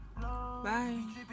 Bye